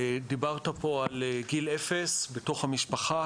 דיברת פה על גיל אפס בתוך המשפחה,